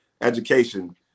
education